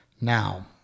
Now